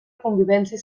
convivència